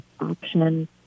option